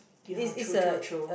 ya true true true